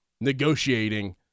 negotiating